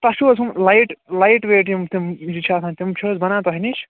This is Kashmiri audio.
تۄہہِ چھُو حظ یِم لایِٹ لایِٹ ویٹ یِم تِم یہِ چھِ آسان تِم چھِ حظ بنان تۄہہِ نِش